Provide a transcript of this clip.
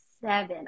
seven